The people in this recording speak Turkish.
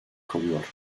kalıyor